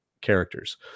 characters